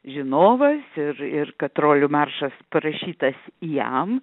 žinovas ir ir kad trolių maršas parašytas jam